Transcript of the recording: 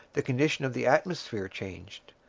the condition of the atmosphere changed.